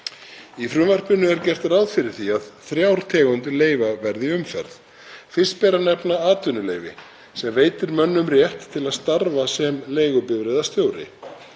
Í frumvarpinu er gert ráð fyrir því að þrjár tegundir leyfa verði í umferð. Fyrst ber að nefna atvinnuleyfi sem veitir mönnum rétt til að starfa sem leigubifreiðastjóri.